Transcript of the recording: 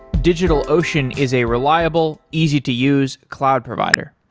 digitalocean is a reliable, easy to use cloud provider.